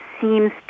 seems